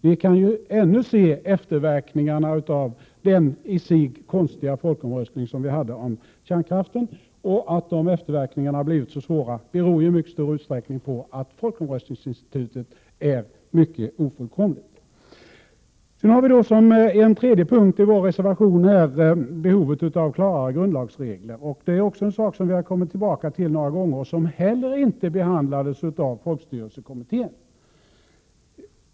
Vi kan ju fortfarande se efterverkningarna av den, i sig konstiga, folkomröstning vi hade om kärnkraften. Att de efterverkningarna har blivit så svåra beror i mycket stor utsträckning på att folkomröstningsinstitutet är ofullkomligt. Som en tredje punkt i vår reservation har vi tagit upp behovet av klarare grundlagsregler. Det är också en fråga som vi har kommit tillbaka till några gånger och som inte heller behandlades i folkstyrelsekommittén.